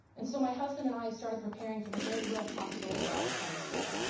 and so my husband and i have started preparing for the very real possibility that i'll return to school.